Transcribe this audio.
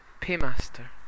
Paymaster